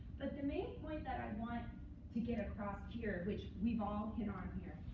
but the main point that i want to get across here, which we've all hit on here,